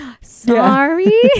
Sorry